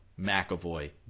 McAvoy